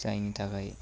जायनि थाखाय